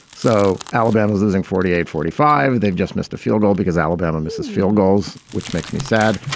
so alabama's losing forty eight. forty five. they've just missed a field goal because alabama misses field goals. which makes me sad.